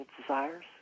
desires